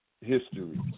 history